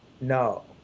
no